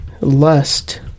Lust